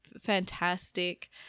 fantastic